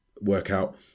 workout